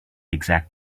exact